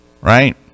right